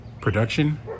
production